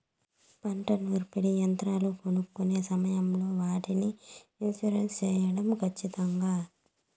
పంట నూర్పిడి యంత్రాలు కొనుక్కొనే సమయం లో వాటికి ఇన్సూరెన్సు సేయడం ఖచ్చితంగా?